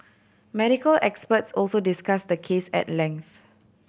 medical experts also discussed the case at length